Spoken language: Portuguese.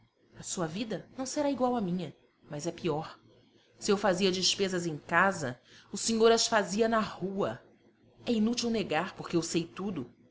a sua vida não será igual à minha mas é pior se eu fazia despesas em casa o senhor as fazia na rua é inútil negar porque eu sei tudo